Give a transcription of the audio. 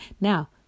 Now